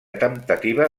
temptativa